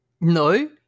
No